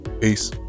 peace